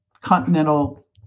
continental